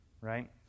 Right